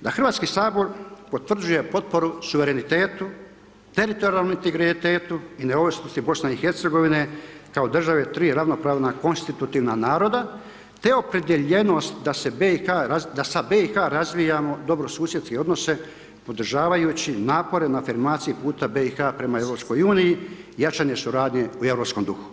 da Hrvatski sabor potvrđuje potporu suverenitetu, teritorijalnom integritetu i neovisnosti BiH-a kao državi 3 ravnopravna konstitutivna naroda te opredijeljenost da sa BiH razvijamo dobrosusjedske odnose podržavajući napore na afirmaciji puta BiH-a prema EU-u. jačanje suradnje u europskom duhu.